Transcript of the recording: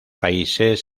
países